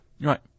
Right